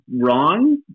wrong